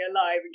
alive